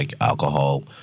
alcohol